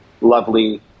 lovely